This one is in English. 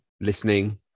listening